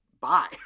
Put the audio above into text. bye